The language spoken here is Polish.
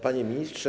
Panie Ministrze!